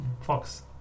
fox